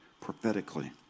prophetically